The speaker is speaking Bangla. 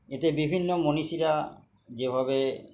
এতে বিভিন্ন মনীষীরা যেভাবে